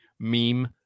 meme